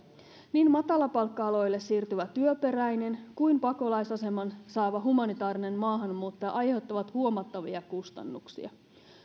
niin matalapalkka aloille siirtyvä työperäinen kuin pakolaisaseman saava humanitaarinen maahanmuuttaja aiheuttavat huomattavia kustannuksia